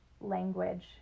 language